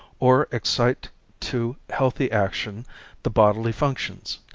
or excite to healthy action the bodily functions.